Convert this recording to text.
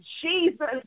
Jesus